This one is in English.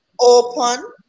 open